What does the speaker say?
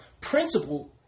principle